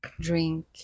drink